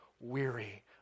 weary